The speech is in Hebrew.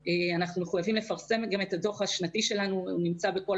אנחנו חייבים לפרסם את הדוח השנתי שלנו והוא נמצא בכל